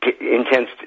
intense